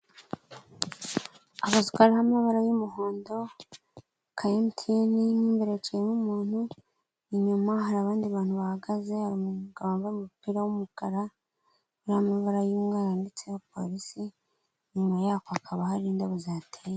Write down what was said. Akazu kariho amabara y'umuhondo ka MTN, mo imbere hicayemo umuntu, inyuma hari abandi bantu bahagaze, hari umugabo wambaye umupira w'umukara, uriho amabara y'umweru, ndetse abapolisi, inyuma yako hakaba hari indabo zihateye.